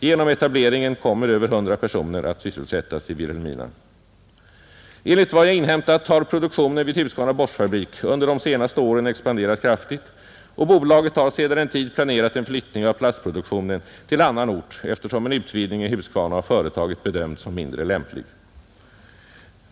Genom etableringen kommer över 100 personer att sysselsättas i Vilhelmina, Enligt vad jag inhämtat har produktionen vid Husqvarna Borstfabrik under de senaste åren expanderat kraftigt och bolaget har sedan en tid planerat en flyttning av plastproduktionen till annan ort eftersom en utvidgning i Huskvarna av företaget bedömts som mindre lämplig.